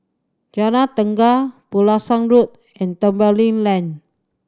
Jalan Tenaga Pulasan Road and Tembeling Lane